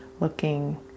looking